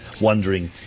wondering